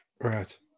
Right